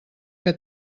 que